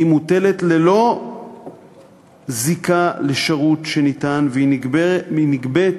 היא מוטלת ללא זיקה לשירות שניתן ונגבית